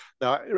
Now